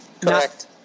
Correct